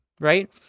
right